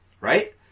right